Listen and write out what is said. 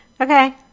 Okay